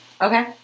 Okay